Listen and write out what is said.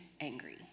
angry